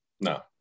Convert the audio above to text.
No